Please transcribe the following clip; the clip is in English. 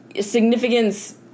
significance